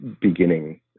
beginning